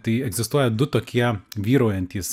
tai egzistuoja du tokie vyraujantys